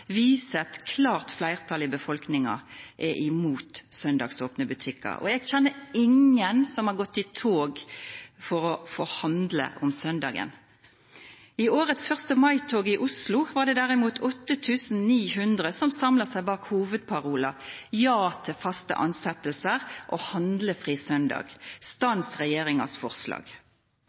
at et klart flertall i befolkningen er imot søndagsåpne butikker, og jeg kjenner ingen som har gått i tog for å få handle om søndagen. I årets 1. mai-tog i Oslo var det derimot 8 900 som samlet seg bak hovedparolen: «Ja til faste ansettelser og handlefri søndag – stans regjeringas forslag».